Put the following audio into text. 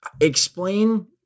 explain –